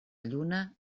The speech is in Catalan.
lluna